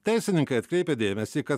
teisininkai atkreipia dėmesį kad